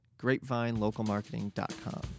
GrapevineLocalMarketing.com